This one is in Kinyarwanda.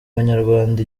banyarwanda